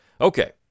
Okay